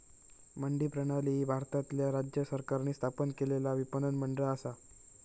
मंडी प्रणाली ही भारतातल्या राज्य सरकारांनी स्थापन केलेला विपणन मंडळ असा